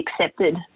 accepted